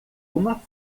uma